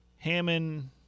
Hammond